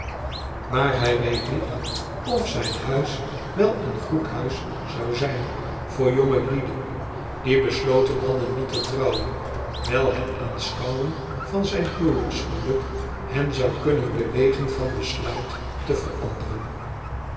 maar hij weet niet wedd vriend of zijn huis wel een goed huis zou zijn voor jongelieden die besloten hadden niet te trouwen wijl het aanschouwen van zijn huwelijksgeluk hen zou kunnen bewegen van besluit te veranderen